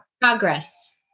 progress